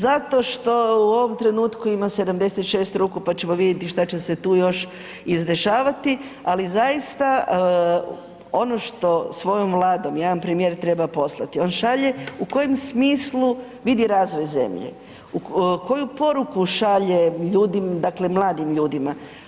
Zato što u ovom trenutku ima 76 ruku pa ćemo vidjeti što će se tu još izdešavati, ali zaista, ono što svojom Vladom jedan premijer treba poslati, on šalje u kojem smislu vidi razvoj zemlje, koju poruku šalje ljudima, dakle mladim ljudima.